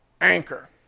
Anchor